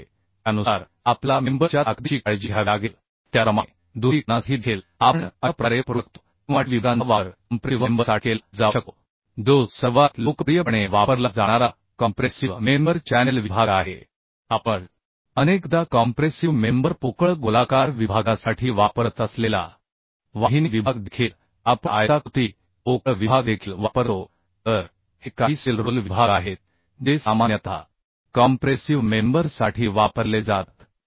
त्यामुळे त्यानुसार आपल्याला मेंबर च्या ताकदीची काळजी घ्यावी लागेल त्याचप्रमाणे दुहेरी कोनासाठी देखील आपण अशा प्रकारे वापरू शकतो किंवा टी विभागांचा वापर कॉम्प्रेसिव्ह मेंबर साठी केला जाऊ शकतो जो सर्वात लोकप्रियपणे वापरला जाणारा कॉम्प्रेसिव्ह मेंबर चॅनेल विभाग आहे आपण अनेकदा कॉम्प्रेसिव मेंबर पोकळ गोलाकार विभागासाठी वापरत असलेला वाहिनी विभाग देखील आपण आयताकृती पोकळ विभाग देखील वापरतो तर हे काही स्टील रोल विभाग आहेत जे सामान्यतः कॉम्प्रेसिव मेंबर साठी वापरले जातात